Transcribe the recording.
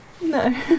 No